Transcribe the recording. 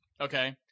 okay